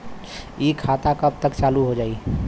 इ खाता कब तक चालू हो जाई?